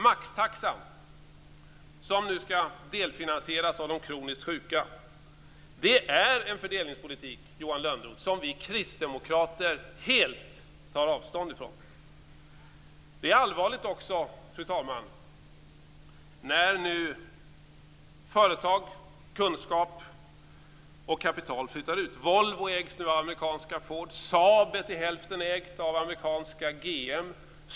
Maxtaxan, som nu skall delfinansieras av de kroniskt sjuka, är en fördelningspolitik som vi kristdemokrater helt tar avstånd från, Johan Lönnroth. Det är också allvarligt, fru talman, när nu företag, kunskap och kapital flyttar ut. Volvo ägs av amerikanska Ford. Saab är till hälften ägt av amerikanska GM.